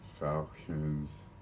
Falcons